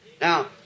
Now